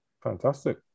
fantastic